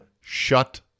shut